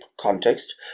context